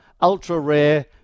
ultra-rare